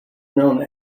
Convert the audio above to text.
known